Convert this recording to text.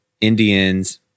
Indians